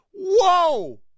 Whoa